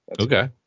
Okay